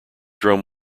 drum